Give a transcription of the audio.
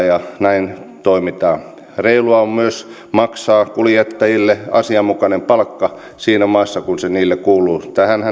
ja näin toimitaan reilua on myös maksaa kuljettajille asianmukainen palkka siinä maassa kun se niille kuuluu